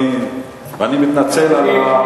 בבקשה.